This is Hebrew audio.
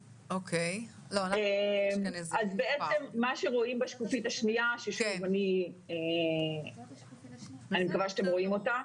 מה שאתם רואים בשקופית השנייה אני מקווה שאתם רואים אותה